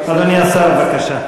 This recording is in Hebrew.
השר, בבקשה.